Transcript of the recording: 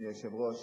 אדוני היושב-ראש,